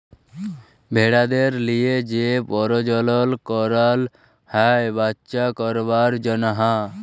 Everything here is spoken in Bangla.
ভেড়াদের লিয়ে যে পরজলল করল হ্যয় বাচ্চা করবার জনহ